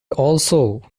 also